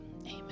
amen